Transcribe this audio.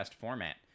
format